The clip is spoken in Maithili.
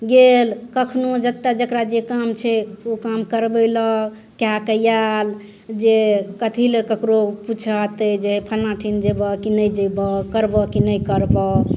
गेल कखनो जतहु जेकरा जे काम छै उ काम करबय लए कए के आयल जे कथी लए ककरो पूछहतय जे फलना ठिन जेबऽ की नहि जेबऽ करबऽ की नहि करबऽ